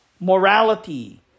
morality